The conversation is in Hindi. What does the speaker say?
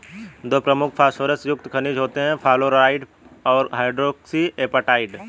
दो प्रमुख फॉस्फोरस युक्त खनिज होते हैं, फ्लोरापेटाइट और हाइड्रोक्सी एपेटाइट